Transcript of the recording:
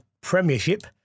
Premiership